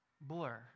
blur